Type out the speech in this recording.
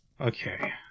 okay